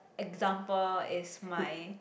example is my